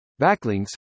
backlinks